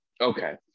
okay